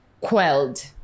quelled